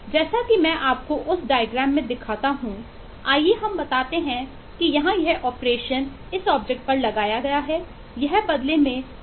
जैसा कि मैं आपको उस डायग्राम उत्पन्न करता है